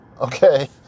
okay